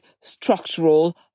structural